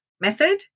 method